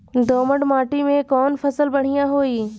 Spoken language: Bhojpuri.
दोमट माटी में कौन फसल बढ़ीया होई?